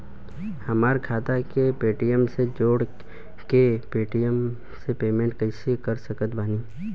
हमार खाता के पेटीएम से जोड़ के पेटीएम से पेमेंट कइसे कर सकत बानी?